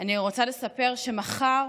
אני רוצה לספר שמחר